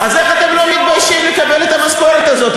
אז איך אתם לא מתביישים לקבל את המשכורת הזאת?